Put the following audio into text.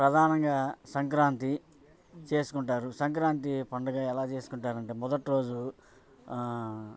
ప్రధానంగా సంక్రాంతి చేసుకుంటారు సంక్రాంతి పండుగ ఎలా చేసుకుంటారు అంటే మొదటి రోజు